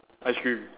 ice cream